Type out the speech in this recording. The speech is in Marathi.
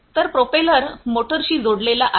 तर प्रोपेलर मोटरशी जोडलेला आहे